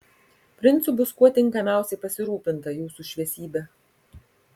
princu bus kuo tinkamiausiai pasirūpinta jūsų šviesybe